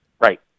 right